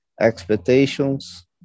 expectations